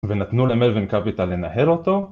ונתנו למרווין קפיטל לנהל אותו